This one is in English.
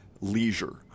leisure